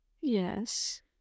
Yes